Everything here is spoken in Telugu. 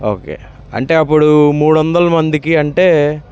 ఓకే అంటే అప్పుడు మూడొందల మందికి అంటే